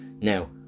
now